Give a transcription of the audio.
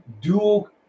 dual